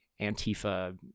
Antifa